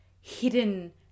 hidden